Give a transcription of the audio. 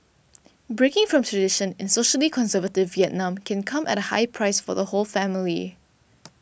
breaking from tradition in socially conservative Vietnam can come at a high price for the whole family